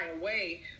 away